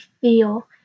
feel